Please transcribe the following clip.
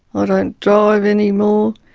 i don't drive anymore.